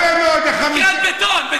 בטון.